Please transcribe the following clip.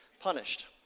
punished